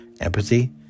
empathy